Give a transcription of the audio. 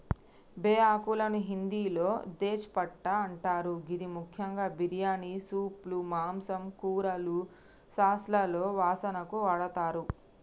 బేఆకులను హిందిలో తేజ్ పట్టా అంటరు గిది ముఖ్యంగా బిర్యానీ, సూప్లు, మాంసం, కూరలు, సాస్లలో వాసనకు వాడతరు